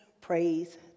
praise